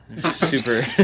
super